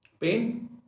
Pain